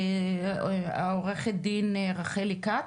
עו"ד רחלי כץ,